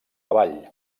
avall